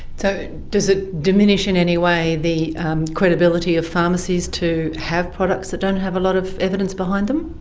so does it diminish in any way the credibility of pharmacies to have products that don't have a lot of evidence behind them?